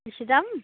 बेसे दाम